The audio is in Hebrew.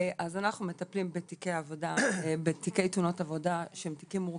אז אנחנו מטפלים בתיקי תאונות עבודה שהם תיקים מורכבים,